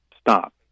stop